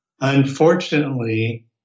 Unfortunately